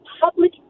public